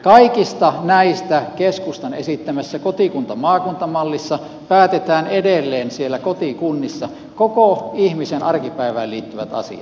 kaikista näistä keskustan esittämässä kotikuntamaakunta mallissa päätetään edelleen siellä kotikunnissa kaikki ihmisen arkipäivään liittyvät asiat